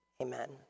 amen